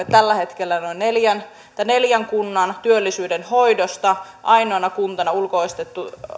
tällä hetkellä neljän kunnan työllisyyden hoidosta ainoana kuntana